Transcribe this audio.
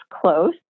close